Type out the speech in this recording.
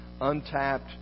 untapped